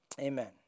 Amen